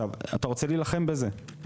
אתה רוצה להילחם בזה,